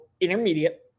intermediate